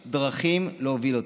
יש דרכים להוביל אותו,